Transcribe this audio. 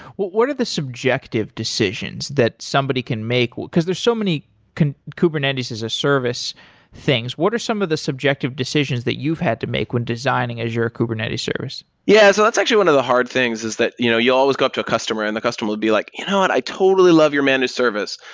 what what are the subjective decisions that somebody can make, because there's so many kubernetes as a service things. what are some of the subjective decisions that you've had to make when designing azure a kubernetes service? yeah, so that's actually one of the hard things, is that you know you always go up to a customer and the customer will be like, you know what? i totally love your managed service.